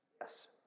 Yes